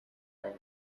bag